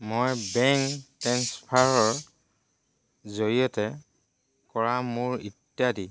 মই বেংক ট্ৰেন্সফাৰৰ জৰিয়তে কৰা মোৰ ইত্যাদি